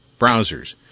browsers